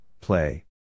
play